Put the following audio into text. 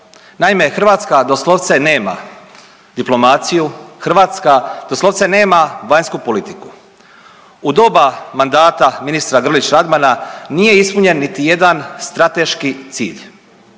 Naime, Hrvatska doslovce nema diplomaciju, Hrvatska doslovce nema vanjsku politiku. U doba mandata ministra Grlić Radmana nije ispunjen niti jedan strateški cilj.